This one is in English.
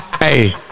Hey